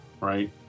right